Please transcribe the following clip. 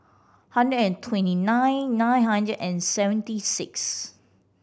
hundred and twenty nine nine hundred and seventy six